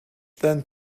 than